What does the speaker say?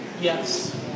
Yes